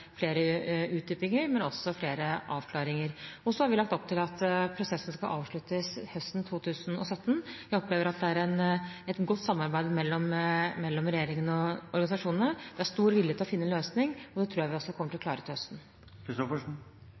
flere utdypinger og flere avklaringer. Vi har lagt opp til at prosessen skal avsluttes høsten 2017. Jeg opplever at det er et godt samarbeid mellom regjeringen og organisasjonene. Det er stor vilje til å finne en løsning, og det tror jeg vi også kommer til å klare til